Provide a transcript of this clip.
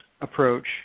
approach